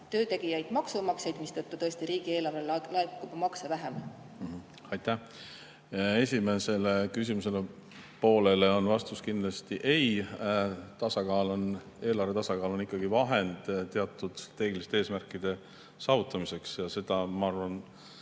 töötegijaid, maksumaksjaid, mistõttu riigieelarvele laekub makse vähem? Aitäh! Esimesele küsimusepoolele on vastus kindlasti ei. Eelarve tasakaal on ikkagi vahend teatud tehniliste eesmärkide saavutamiseks. Ma arvan,